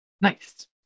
Nice